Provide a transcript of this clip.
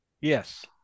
Yes